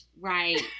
right